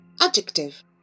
Adjective